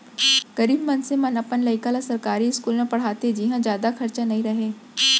गरीब मनसे मन अपन लइका ल सरकारी इस्कूल म पड़हाथे जिंहा जादा खरचा नइ रहय